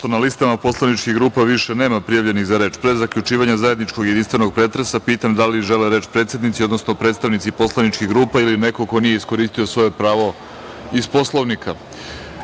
na listama poslaničkih grupa više nema prijavljeni za reč, pre zaključivanja zajedničkog jedinstvenog pretresa pitam da li žele reč predsednici, odnosno, predstavnici poslaničkih grupa ili neko ko nije iskoristio svoje pravo iz Poslovnika? Reč